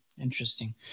Interesting